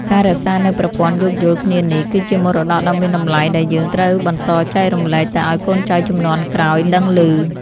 ការរក្សានូវប្រព័ន្ធយោគយល់គ្នានេះ គឺជាមរតកដ៏មានតម្លៃដែលយើងត្រូវបន្តចែករំលែកទៅឱ្យកូនចៅជំនាន់ក្រោយដឹងឮ។